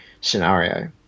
scenario